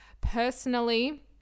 personally